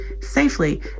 safely